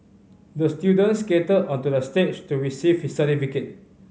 the student skated onto the stage to receive his certificate